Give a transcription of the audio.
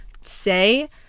say